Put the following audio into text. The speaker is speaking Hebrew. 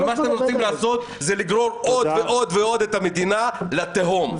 ומה שאתם רוצים לעשות זה לגרור עוד ועוד את המדינה לתהום.